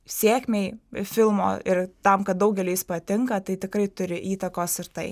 sėkmei filmo ir tam kad daugeliui jis patinka tai tikrai turi įtakos ir tai